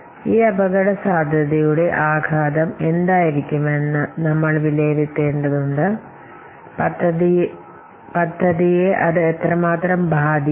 ഈ അപകടസാധ്യതയുടെ ആഘാതം എന്തായിരിക്കുമെന്ന് നമ്മൾ വിലയിരുത്തേണ്ടതുണ്ട് അതിനാൽ പദ്ധതിയെ അത് എത്രമാത്രം ബാധിക്കും